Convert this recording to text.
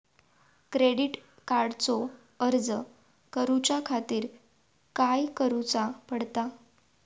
Credit कार्डचो अर्ज करुच्या खातीर काय करूचा पडता?